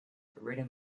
written